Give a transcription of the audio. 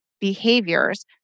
behaviors